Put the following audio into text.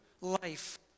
life